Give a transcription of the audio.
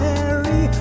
Mary